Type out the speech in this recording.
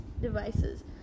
devices